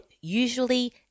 usually